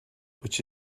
which